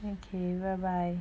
okay bye bye